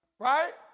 Right